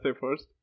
first